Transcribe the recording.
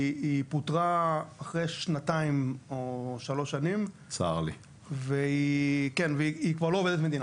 היא פוטרה אחרי שנתיים או שלוש שנים והיא כבר לא עובדת מדינה,